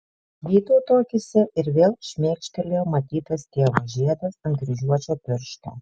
vytauto akyse ir vėl šmėkštelėjo matytas tėvo žiedas ant kryžiuočio piršto